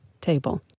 table